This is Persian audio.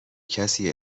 کسی